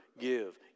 give